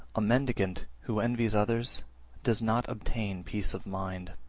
a mendicant who envies others does not obtain peace of mind.